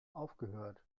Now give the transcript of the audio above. aufgehört